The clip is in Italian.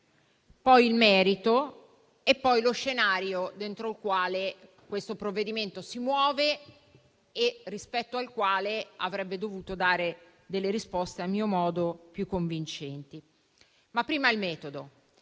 poi il merito e poi lo scenario dentro il quale questo provvedimento si muove e rispetto al quale avrebbe dovuto dare risposte, a mio avviso, più convincenti. Prima il metodo: